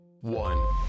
one